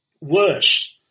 Worse